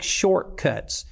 shortcuts